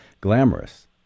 glamorous